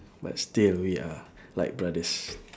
but still we are like brothers